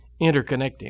interconnecting